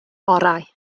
orau